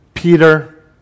Peter